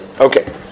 Okay